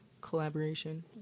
collaboration